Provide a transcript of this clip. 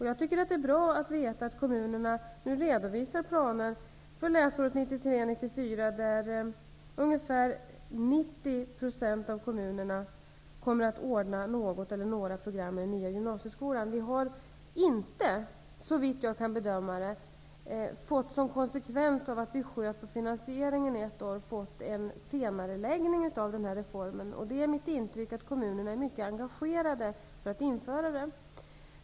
Jag tycker att det är bra att veta att kommunerna nu redovisar planer för läsåret 1993/94 som talar om att ungefär 90 % av kommunerna kommer att ordna något eller några program i den nya gymnasieskolan. Vi har inte, såvitt jag kan bedöma det, som konsekvens av att vi sköt på finansieringen ett år fått en senareläggning av den här reformen. Det är mitt intryck att kommunerna är mycket engagerade i att införa den.